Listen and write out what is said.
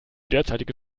derzeitige